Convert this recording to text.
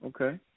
Okay